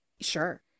Sure